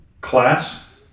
Class